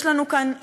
יש לנו כאן,